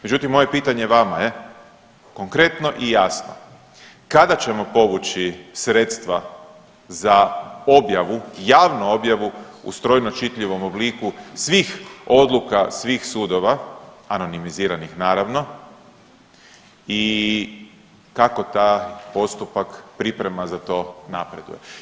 Međutim, moje pitanje vama je konkretno i jasno kada ćemo povući sredstva za objavu, javnu objavu u strojno čitljivom obliku svih odluka, svih sudova anonimiziranih naravno i kako taj postupak, priprema za to napreduje?